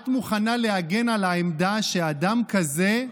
את מוכנה להגן על העמדה שאדם כזה,